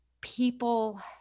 people